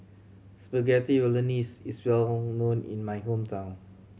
Spaghetti Bolognese is well known in my hometown